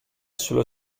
sulla